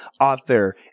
author